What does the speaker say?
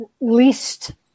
least